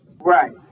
Right